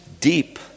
deep